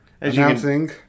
announcing